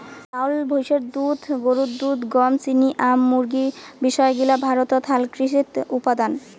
চাউল, ভৈষের দুধ, গরুর দুধ, গম, চিনি, আম, মুরগী বিষয় গিলা ভারতত হালকৃষিত উপাদান